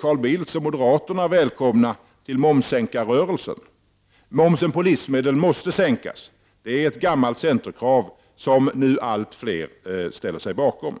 Carl Bildt och moderaterna välkomna till momssänkarrörelsen. Momsen på livsmedel måste sänkas. Det är ett gammalt centerkrav, som nu allt fler ställer sig bakom.